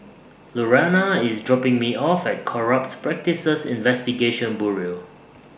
Lurana IS dropping Me off At Corrupt Practices Investigation Bureau